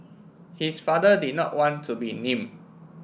his father did not want to be named